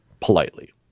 politely